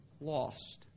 lost